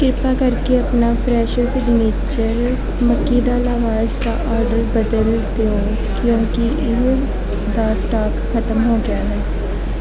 ਕ੍ਰਿਪਾ ਕਰਕੇ ਆਪਣਾ ਫਰੈਸ਼ੋ ਸਿਗਨੇਚਰ ਮੱਕੀ ਦਾ ਲਾਵਾਸ਼ ਦਾ ਆਡਰ ਬਦਲ ਦਿਓ ਕਿਉਂਕਿ ਇਹ ਦਾ ਸਟਾਕ ਖ਼ਤਮ ਹੋ ਗਿਆ ਹੈ